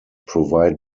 provide